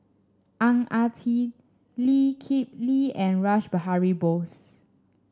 Ang Ah Tee Lee Kip Lee and Rash Behari Bose